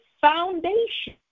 foundation